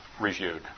reviewed